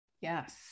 Yes